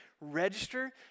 register